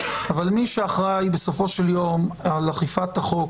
אבל מי שאחראי בסופו של יום על אכיפת החוק